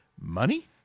Money